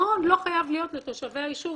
מעון לא חייב להיות לתושבי היישוב.